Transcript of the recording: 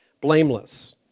blameless